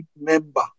member